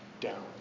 down